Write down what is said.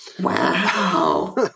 Wow